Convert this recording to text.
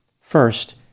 first